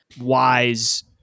wise